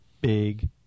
big